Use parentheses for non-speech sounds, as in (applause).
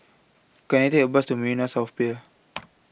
Can I Take A Bus to Marina South Pier (noise)